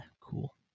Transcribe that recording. cool